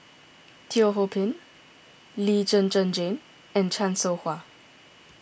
Teo Ho Pin Lee Zhen Zhen Jane and Chan Soh Ha